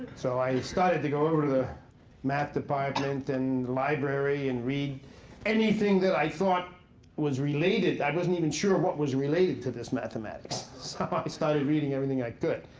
so i started to go over to the math department in the library and read anything that i thought was related. i wasn't even sure what was related to this mathematics. so um i started reading everything i could.